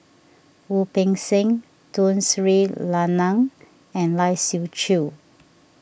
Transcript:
Wu Peng Seng Tun Sri Lanang and Lai Siu Chiu